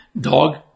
dog